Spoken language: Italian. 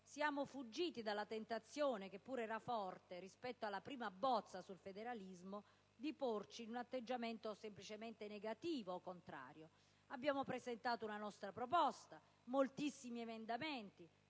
quindi fuggiti dalla tentazione, che pure era forte rispetto alla prima bozza sul federalismo, di porci con un atteggiamento semplicemente negativo o contrario. Abbiamo presentato una nostra proposta e moltissimi emendamenti